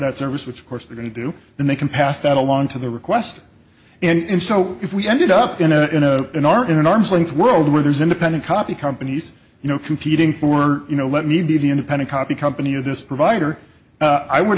that service which of course they're going to do then they can pass that along to their request and so if we ended up in a in a in our in an arm's length world where there's independent copy companies you know competing for you know let me be the independent copy company of this provider i would